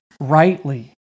rightly